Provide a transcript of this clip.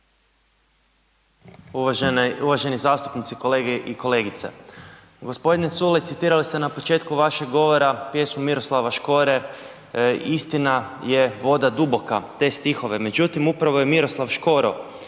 Uvaženi zastupnici, kolege i kolegice. G. Culej, citirali ste na početku vašeg govora pjesmu Miroslava Škore, istina je voda duboka, te stihove, međutim upravo je Miroslav Škoro